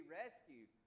rescued